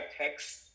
text